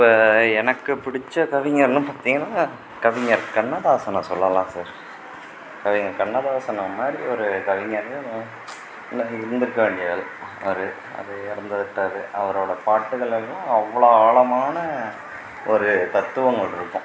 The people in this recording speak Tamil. இப்போ எனக்கு பிடிச்ச கவிஞர்னால் பார்த்திங்கனா கவிஞர் கண்ணதாசனை சொல்லலாம் சார் கவிஞர் கண்ணதாசனை மாதிரி ஒரு கவிஞர் இந்தமாதிரி இருந்துருக்காங்க அவர் அவர் இறந்துவிட்டார் அவரோடய பாட்டுகளையும் அவ்வளோ ஆழமான ஒரு தத்துவங்கள் இருக்கும்